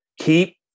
keep